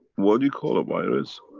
what you call a virus